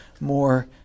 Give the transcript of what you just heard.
more